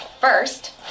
First